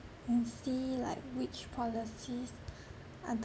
and see like which policies are the